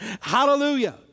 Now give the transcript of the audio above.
Hallelujah